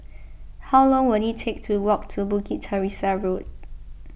how long will it take to walk to Bukit Teresa Road